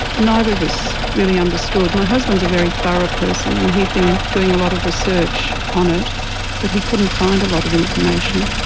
neither of us really understood my husband is a very thorough person and he'd been doing a lot of research on it but he couldn't find a lot of information.